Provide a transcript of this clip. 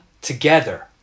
together